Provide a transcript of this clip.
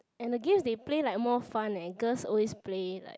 and the games they play like more fun leh and girls always play like